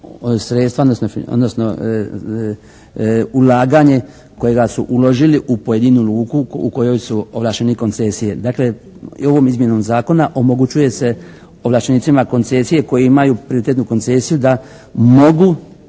sredstva odnosno ulaganje kojega su uložili u pojedinu luku u kojoj su ovlašteni koncesije. Dakle, i ovom izmjenom zakona omogućuje se ovlaštenicima koncesije koji imaju prioritetnu koncesiju da mogu